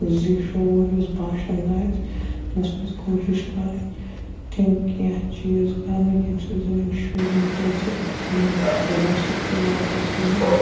زی شعوٗر یُس باشِنٛدٕ آسہِ تٔمِس پَزِ کوٗشِش کَرٕنۍ تِم کینٛہہ چیٖز کَرنٕکۍ ییٚمہِ سۭتۍ زَن یِم شُرۍ مُتٲثر گژھن یِمو کھیلو سۭتۍ تہٕ واپَس یِنۍ